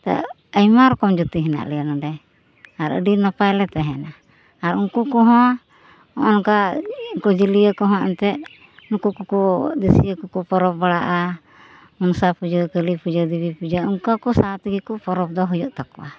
ᱟᱭᱢᱟ ᱨᱚᱠᱚᱢ ᱡᱟᱹᱛᱤ ᱦᱮᱱᱟᱜ ᱞᱮᱭᱟ ᱱᱚᱰᱮ ᱟᱨ ᱟᱹᱰᱤ ᱱᱟᱯᱟᱭ ᱞᱮ ᱛᱟᱦᱮᱱᱟ ᱟᱨ ᱩᱱᱠᱩ ᱠᱚᱦᱚᱸ ᱦᱚᱸᱜᱼᱱᱚᱝᱠᱟ ᱩᱱᱠᱩ ᱡᱟᱹᱞᱤᱭᱟᱹ ᱠᱚᱦᱚᱸ ᱮᱱᱛᱮᱫ ᱱᱩᱠᱩ ᱠᱚᱠᱚ ᱫᱟᱹᱥᱭᱟᱹ ᱠᱚᱠᱚ ᱯᱚᱨᱚᱵᱽ ᱵᱟᱲᱟᱜᱼᱟ ᱢᱚᱱᱥᱟ ᱯᱩᱡᱟᱹ ᱠᱟᱹᱞᱤ ᱯᱩᱡᱟᱹ ᱫᱤᱵᱤ ᱯᱩᱡᱟᱹ ᱚᱝᱠᱟ ᱠᱚ ᱥᱟᱶᱛᱮ ᱜᱮᱠᱚ ᱯᱚᱨᱚᱵᱽᱫᱚ ᱦᱩᱭᱩᱜ ᱛᱟᱠᱚᱣᱟ